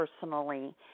personally